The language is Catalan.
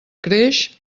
creix